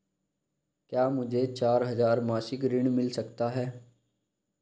क्या मुझे चार हजार मासिक ऋण मिल सकता है?